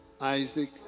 Isaac